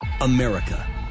America